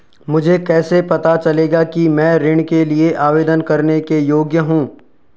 मुझे कैसे पता चलेगा कि मैं ऋण के लिए आवेदन करने के योग्य हूँ?